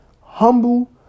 humble